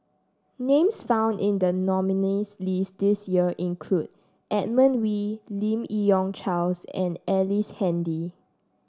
names found in the nominees' list this year include Edmund Wee Lim Yi Yong Charles and Ellice Handy